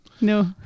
No